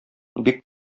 бик